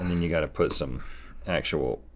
mean you gotta put some actual,